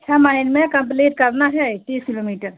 छः महीनों में कंप्लीट करना है तीस किलोमीटर